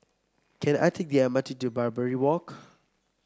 can I take the M R T to Barbary Walk